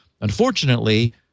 unfortunately